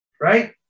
right